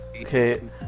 Okay